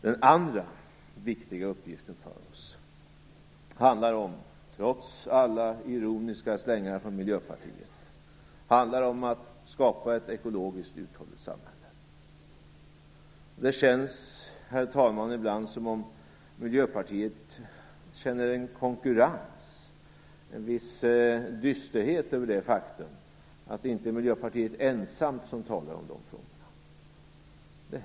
Den andra viktiga uppgiften för oss handlar, trots alla ironiska slängar från Miljöpartiet, om att skapa ett ekologiskt uthålligt samhälle. Det känns, herr talman, ibland som om Miljöpartiet känner en konkurrens och en viss dysterhet över det faktum att det inte är Miljöpartiet ensamt som talar om dessa frågor.